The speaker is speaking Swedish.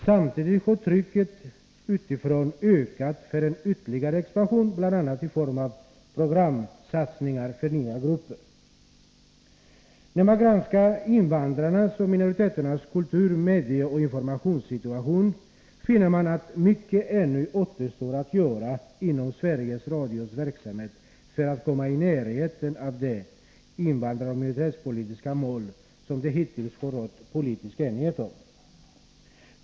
Samtidigt har trycket utifrån ökat för en ytterligare expansion, bl.a. i form av programsatsningar för nya grupper. När man granskar invandrarnas och minoriteternas kultur-, medieoch informationssituation, finner man att mycket ännu återstår att göra inom Sveriges Radios verksamhetsområde för att komma i närheten av de invandraroch minoritetspolitiska mål som det hittills har rått politisk enighet om.